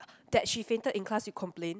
that she fainted in class you complain